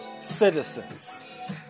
citizens